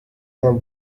than